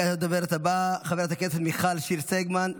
כעת הדוברת הבאה, חברת הכנסת מיכל שיר סגמן.